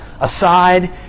aside